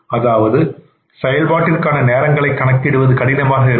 அதாவது செயல்பாட்டிற்கான நேரங்களை கணக்கிடுவது கடினமானதாக இருக்கும்